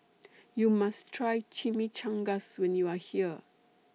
YOU must Try Chimichangas when YOU Are here